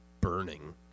burning